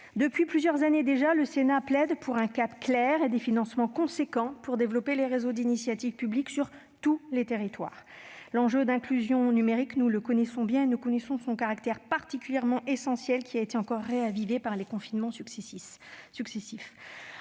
Depuis plusieurs années, le Sénat plaide pour un cap clair et des financements conséquents pour développer les réseaux d'initiative publique sur tous les territoires. L'enjeu d'inclusion numérique est bien connu et son caractère essentiel a été ravivé par les confinements successifs.